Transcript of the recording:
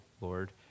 Lord